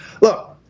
Look